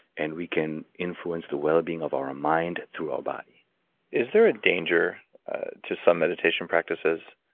and we can influence the well-being of our ah mind through our body is there a danger to some meditation practices?